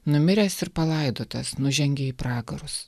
numiręs ir palaidotas nužengė į pragarus